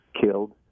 killed